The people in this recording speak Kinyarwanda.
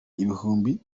ibihumbi